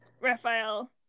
Raphael